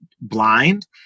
blind